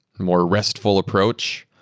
more restful approach.